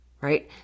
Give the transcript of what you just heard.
right